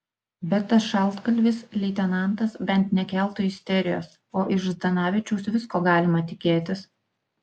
bet tas šaltkalvis leitenantas bent nekeltų isterijos o iš zdanavičiaus visko galima tikėtis